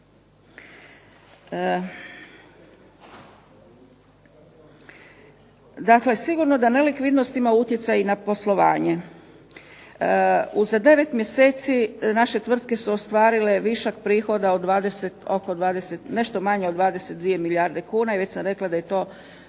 Dakle, sigurno da nelikvidnost ima utjecaj na poslovanje, uz 9 mjeseci naše tvrtke su ostvarile višak prihoda od oko nešto manje od 22 milijarde kuna, već sam rekla da je to